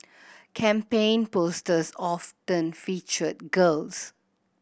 campaign posters often featured girls